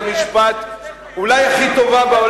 אבל זה לא עוזר,